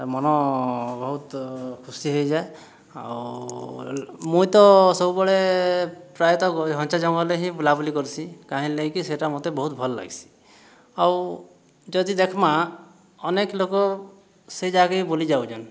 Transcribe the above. ମନ ବହୁତ ଖୁସି ହୋଇଯାଏ ଆଉ ମୁଇଁ ତ ସବୁବେଳେ ପ୍ରାୟତଃ ଘଞ୍ଚ ଜଙ୍ଗଲରେ ହିଁ ବୁଲାବୁଲି କର୍ସି କାହିଁର୍ ଲାଗିକି ସେହିଟା ମୋତେ ବହୁତ ଭଲ୍ ଲାଗ୍ସି ଆଉ ଯଦି ଦେଖ୍ମା ଅନେକ ଲୋକ ସେହି ଜାଗାଇ ବୁଲି ଯାଉଛନ୍